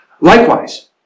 Likewise